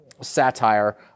satire